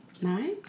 Nine